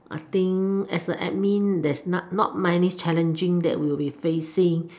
I think as a admin there's not many challenging that we will be facing